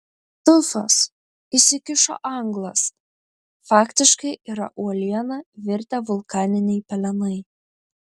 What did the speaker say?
tufas įsikišo anglas faktiškai yra uoliena virtę vulkaniniai pelenai